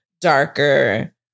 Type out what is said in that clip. darker